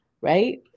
right